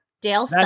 Dale